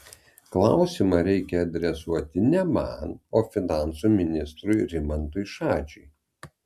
klausimą reikia adresuoti ne man o finansų ministrui rimantui šadžiui